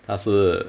他是